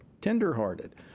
tenderhearted